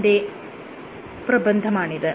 ന്റെ പ്രബന്ധമാണിത്